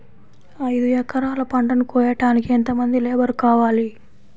ఐదు ఎకరాల పంటను కోయడానికి యెంత మంది లేబరు కావాలి?